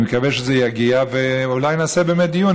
אני מקווה שזה יגיע, ואולי נעשה באמת דיון.